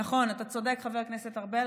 נכון, אתה צודק, חבר הכנסת ארבל.